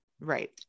Right